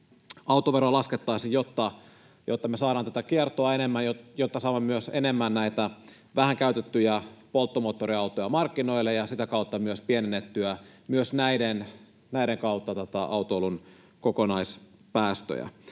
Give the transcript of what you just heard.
autoveroa laskettaisiin, jotta me saamme tätä kiertoa enemmän, jotta saamme myös enemmän näitä vähän käytettyjä polttomoottoriautoja markkinoille, ja sitä kautta pienennettyä myös näiden kautta autoilun kokonaispäästöjä.